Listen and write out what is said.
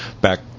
back